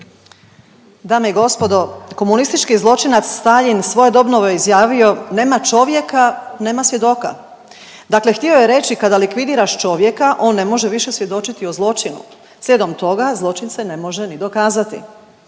Dame i gospodo. Komunistički zločinac Staljin svojedobno je izjavio, nema čovjeka, nema svjedoka, dakle htio je reći kada likvidiraš čovjeka on ne može više svjedočiti o zločinu. Slijedom toga zločin se ne može ni dokazati.